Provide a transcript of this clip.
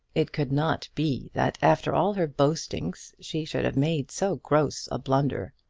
it could not be that after all her boastings she should have made so gross a blunder.